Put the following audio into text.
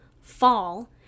fall